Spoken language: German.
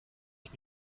ich